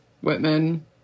Whitman